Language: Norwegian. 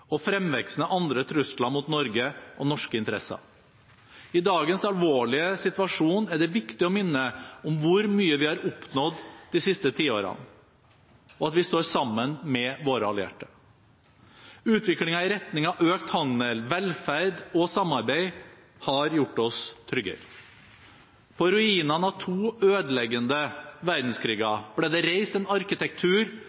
og fremvekst av andre trusler mot Norge og norske interesser. I dagens alvorlige situasjon er det viktig å minne om hvor mye vi har oppnådd de siste tiårene, og at vi står sammen med våre allierte. Utviklingen i retning av økt handel, velferd og samarbeid har gjort oss tryggere. På ruinene av to ødeleggende verdenskriger ble det reist en arkitektur